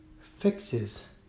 fixes